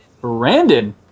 Brandon